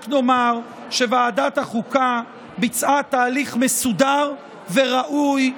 רק נאמר שוועדת החוקה ביצעה תהליך מסודר וראוי,